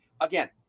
Again